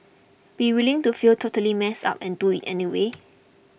be willing to feel totally messed up and do it anyway